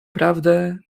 prawdę